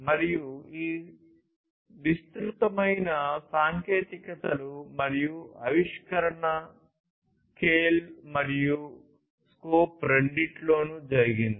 మరియు ఈ విసృతమైన సాంకేతికతలు మరియు ఆవిష్కరణ స్కేల్ మరియు స్కోప్ రెండింటిలోనూ జరిగింది